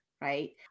right